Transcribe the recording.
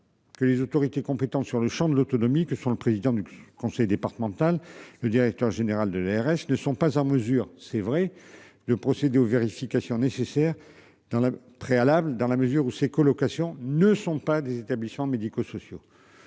Que les autorités compétentes sur le Champ de l'autonomie que sont le président du conseil départemental, le directeur général de l'ARS ne sont pas en mesure, c'est vrai de procéder aux vérifications nécessaires dans la préalables dans la mesure où ces colocation ne sont pas des établissements médico-sociaux.